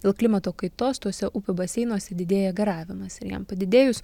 dėl klimato kaitos tuose upių baseinuose didėja garavimas ir jam padidėjus